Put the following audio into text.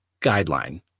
guideline